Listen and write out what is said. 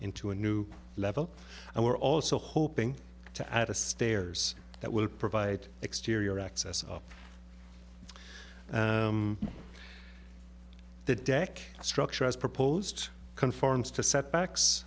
into a new level and we're also hoping to add a stairs that will provide exterior access the deck structure as proposed conforms to setbacks